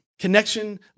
Connection